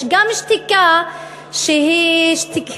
יש גם שתיקה שהיא שתיקה,